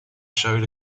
showed